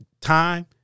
time